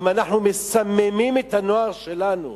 אם אנחנו מסממים את הנוער שלנו?